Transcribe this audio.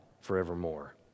forevermore